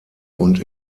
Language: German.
und